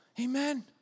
Amen